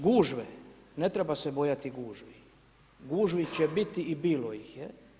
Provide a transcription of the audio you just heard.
Gužve, ne treba se bojati gužvi, gužvi će biti i bilo ih je.